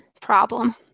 problem